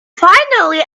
finally